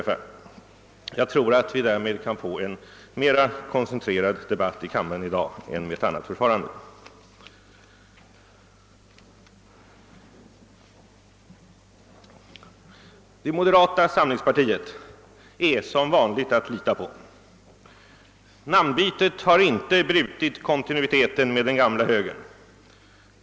Därmed tror jag att vi kan få en mera koncentrerad debatt här i kammaren i dag än med ett annat förfarande. Moderata samlingspartiet är som vanligt att lita på. Namnbytet har inte brutit kontinuiteten med den gamla högern.